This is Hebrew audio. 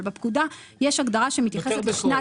אבל בפקודה יש הגדרה שמתייחסת לשנת